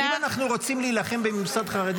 אתה --- אם אנחנו רוצים להילחם בממסד חרדי,